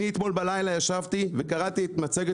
אני אתמול בלילה ישבתי וקראתי את מצגת